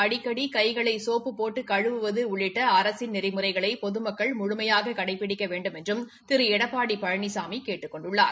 அடிக்கடி கை களை சோப்பு போட்டு கழுவுவது உள்ளிட்ட அரசின் நெறிமுறைகளை பொதுமக்கள் முழுமையாக கபிடிக்க வேண்டுமென்றும் திரு எடப்பாடி பழனிசாமி கேட்டுக் கொண்டுள்ளார்